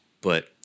But-